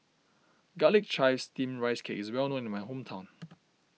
Garlic Chives Steamed Rice Cake is well known in my hometown